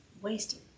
Wasted